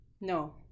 No